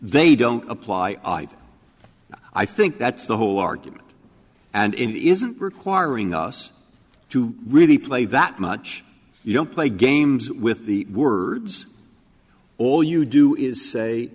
they don't apply either i think that's the whole argument and it isn't requiring us to really play that much you don't play games with the words all you do is say